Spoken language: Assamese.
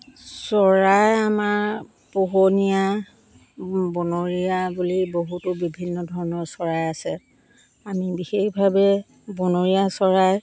চৰাই আমাৰ পোহনীয়া বনৰীয়া বুলি বহুতো বিভিন্ন ধৰণৰ চৰাই আছে আমি বিশেষভাৱে বনৰীয়া চৰাই